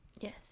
Yes